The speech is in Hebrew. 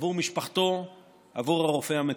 בעבור משפחתו ובעבור הרופא המטפל.